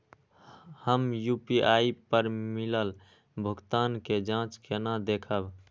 हम यू.पी.आई पर मिलल भुगतान के जाँच केना देखब?